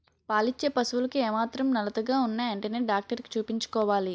పాలిచ్చే పశువులకు ఏమాత్రం నలతగా ఉన్నా ఎంటనే డాక్టరికి చూపించుకోవాలి